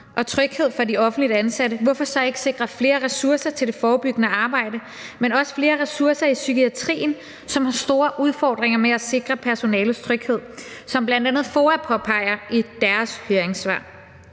og tryghed for de offentligt ansatte, hvorfor så ikke sikre flere ressourcer til det forebyggende arbejde og også flere ressourcer til psykiatrien, som har store udfordringer med at sikre personalets tryghed, som bl.a. FOA påpeger i deres høringssvar?